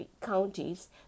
counties